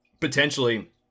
potentially